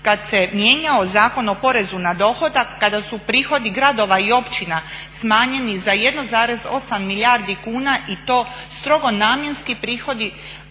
se je mijenjao Zakon o porezu na dohodak, kada su prihodi gradova i općina smanjeni za 1,8 milijardi kuna i to strogo namjenski prihodi